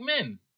men